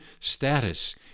status